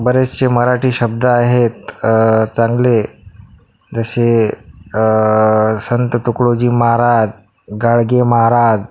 बरेचसे मराठी शब्द आहेत चांगले जसे संत तुकडोजी महाराज गाडगे महाराज